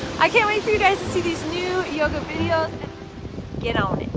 i can't wait for you guys to see these new yoga videos get on